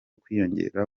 kwiyongera